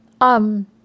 Um